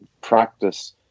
Practice